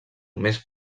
més